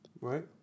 Right